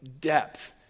depth